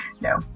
No